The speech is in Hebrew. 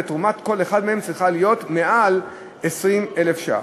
ותרומת כל אחד מהם צריכה להיות יותר מ-20,000 ש"ח.